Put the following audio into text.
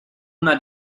una